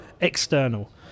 external